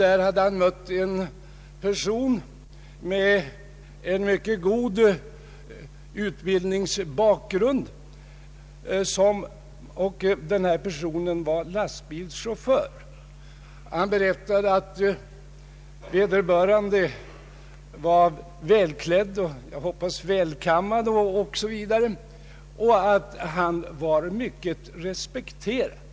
Där hade han mött en person med mycket god utbildningsbakgrund som var lastbilschaufför. Han berättade att vederbörande var välklädd, och jag antar välkammad 0. s. v., och att han var mycket respekterad.